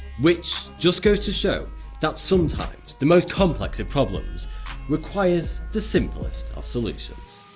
which just goes to show that sometimes the most complex of problems requires the simplest of solutions.